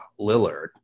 Lillard